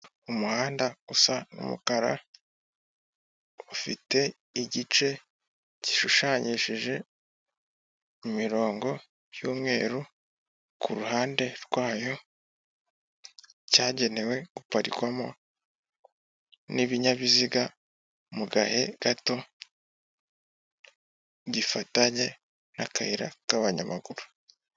Umuhanda usa n'umukara ufite igice kishushanyishije imirongo y'umweru kuruhande rwayo cyagenewe guparikwamo n'ibinyabiziga mugahe gato gifatanye n'akayira k'abanyamaguru.